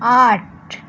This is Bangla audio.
আট